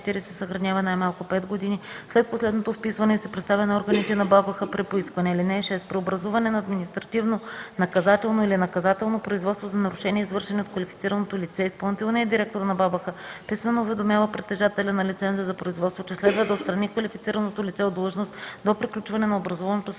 се съхранява най-малко 5 години след последното вписване и се представя на органите на БАБХ при поискване. (6) При образуване на административнонаказателно или наказателно производство за нарушения, извършени от квалифицираното лице, изпълнителният директор на БАБХ писмено уведомява притежателя на лиценза за производство, че следва да отстрани квалифицираното лице от длъжност до приключване на образуваното срещу